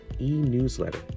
e-newsletter